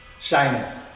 Shyness